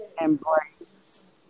embrace